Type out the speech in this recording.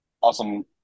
awesome